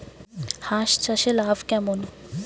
হাঁস চাষে লাভ কেমন?